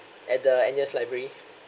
at the N_U_S library